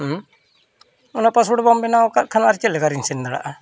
ᱦᱮᱸ ᱚᱱᱟ ᱯᱟᱥᱯᱳᱨᱴ ᱵᱟᱢ ᱵᱮᱱᱟᱣ ᱟᱠᱟᱫ ᱠᱷᱟᱱ ᱟᱨ ᱪᱮᱫ ᱞᱮᱠᱟᱨᱤᱧ ᱥᱮᱱ ᱫᱟᱲᱮᱭᱟᱜᱼᱟ